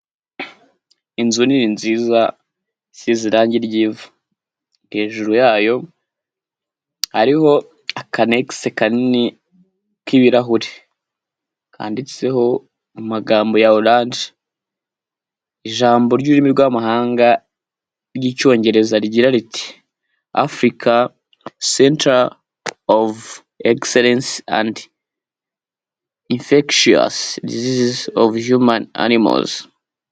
Inzu nini nziza isize irangi ry'ivu, hejuru yayo hariho akanex kanini k'ibirahuri handitseho mu magambo ya orange, ijambo ry'ururimi rw'amahanga ry'icyongereza rigira riti: Africa center of exellence and infectious diseases of human animals.